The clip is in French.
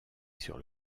sur